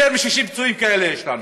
יותר מ-60 פצועים כאלה יש לנו